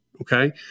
okay